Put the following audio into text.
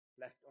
left